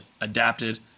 adapted